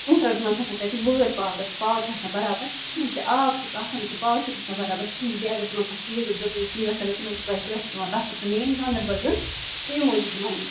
وِنٹرَس منٛز چھِ آسان تَتہِ وٲرۍ پاورَس پاور چھُنہٕ آسان برابر کِہینۍ تہِ آب چھُکھ آسان لیکِن پاور چھُکھ نہٕ آسان برابر کِہینۍ بیٚیہِ اَگر تِمن کانٛہہ چیٖز ضروری چیٖز آسہِ انُن تِمن چھُ پیٚوان تَتھ خٲطرٕ مین گاندر بَل یُن تَمہِ موٗجوٗب تِمن